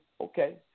okay